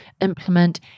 implement